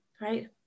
right